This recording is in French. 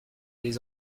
des